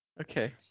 Okay